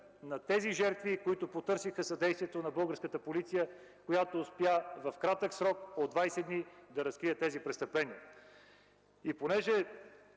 на тези жертви, които потърсиха съдействието на българската полиция, която успя в кратък срок – от 20 дни, да разкрие тези престъпления. Понеже